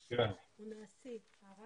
גולדשמידט, ועד